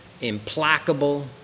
implacable